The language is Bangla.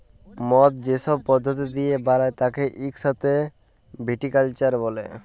মদ যে সব পদ্ধতি দিয়ে বালায় তাকে ইক সাথে ভিটিকালচার ব্যলে